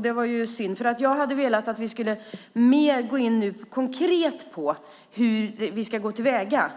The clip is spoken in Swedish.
Det var synd. Jag hade velat att vi mer konkret skulle gå in på hur vi ska gå till väga.